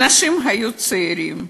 אנשים היו צעירים,